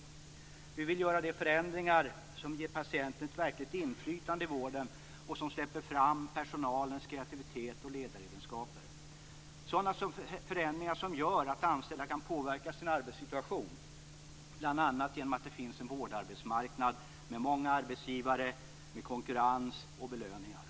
Vi vill göra de förändringar som ger patienten ett verkligt inflytande i vården och som släpper fram personalens kreativitet och ledaregenskaper. Det är sådana förändringar som gör att de anställda kan påverka sin arbetssituation bl.a. genom att det finns en vårdarbetsmarknad med många arbetsgivare och med konkurrens och belöningar.